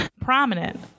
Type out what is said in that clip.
prominent